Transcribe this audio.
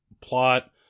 plot